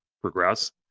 progress